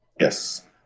yes